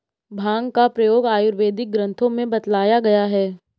भाँग का प्रयोग आयुर्वेदिक ग्रन्थों में बतलाया गया है